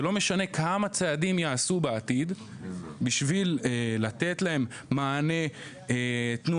זה לא משנה כמה צעדים יעשו בעתיד בשביל לתת להם מענה תנועתי,